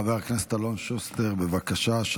חבר הכנסת אלון שוסטר, בבקשה.